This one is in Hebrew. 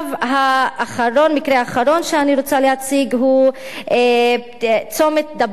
מקרה אחרון שאני רוצה להציג הוא צומת דבורייה.